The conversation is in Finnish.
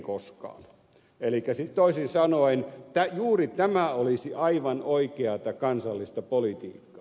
elikkä siis toisin sanoen juuri tämä olisi aivan oikeata kansallista politiikkaa